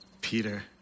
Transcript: Peter